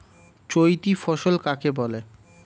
চৈতি ফসল কাকে বলে?